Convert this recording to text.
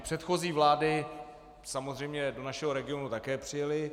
Předchozí vlády samozřejmě do našeho regionu také přijely.